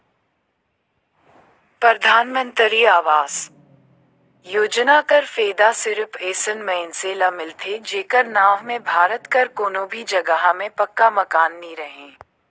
परधानमंतरी आवास योजना कर फएदा सिरिप अइसन मइनसे ल मिलथे जेकर नांव में भारत कर कोनो भी जगहा में पक्का मकान नी रहें